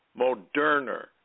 Moderna